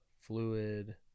Fluid